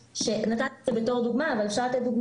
נתת את זה בתור דוגמה אבל